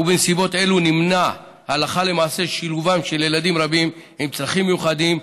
ובנסיבות אלו נמנע הלכה למעשה שילובם של ילדים רבים עם צרכים מיוחדים,